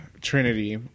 Trinity